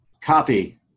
copy